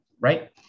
right